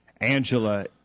Angela